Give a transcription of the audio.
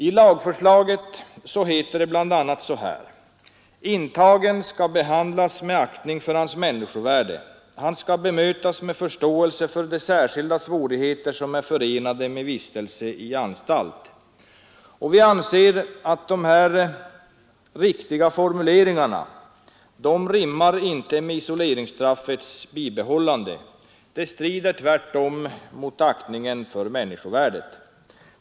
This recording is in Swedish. I lagförslaget heter det bl.a. så här: ”Intagen skall behandlas med aktning för hans människovärde. Han skall bemötas med förståelse för de särskilda svårigheter som är förenade med vistelse i anstalt.” Vi anser inte att dessa riktiga formuleringar rimmar med isoleringsstraffets bibehållande. Tvärtom strider det mot aktningen för människovärdet.